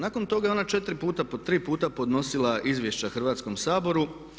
Nakon toga je ona četiri puta po tri puta podnosila izvješća Hrvatskom saboru.